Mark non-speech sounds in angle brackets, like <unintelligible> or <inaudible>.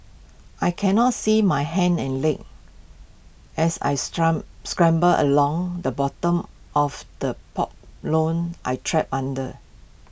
I cannot see my hands and legs as I <unintelligible> scramble along the bottom of the <unintelligible> lone I trapped under